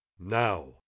now